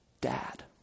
dad